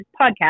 podcast